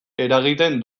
eragiten